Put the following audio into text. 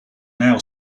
now